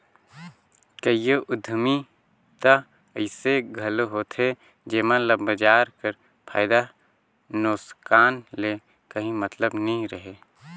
कइयो उद्यमिता अइसे घलो होथे जेमन ल बजार कर फयदा नोसकान ले काहीं मतलब नी रहें